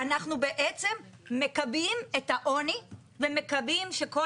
אנחנו בעצם מקבעים את העוני ומקבעים שכל